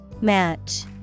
Match